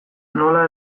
nola